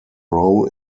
role